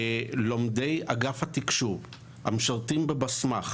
לומדי אגף התקשוב המשרתים בבסמ"ח,